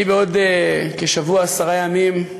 אני בעוד כשבוע, עשרה ימים,